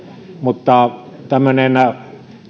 mutta tämmöinen